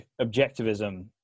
objectivism